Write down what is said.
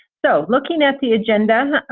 so looking at the agenda,